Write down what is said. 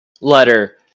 letter